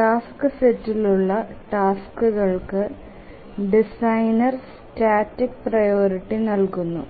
task സെറ്റിലുള്ള ടാസ്ക്കുകൾക്ക് designer static priority നൽകുന്നു